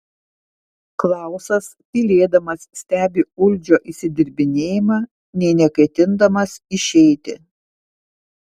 klausas tylėdamas stebi uldžio išsidirbinėjimą nė neketindamas išeiti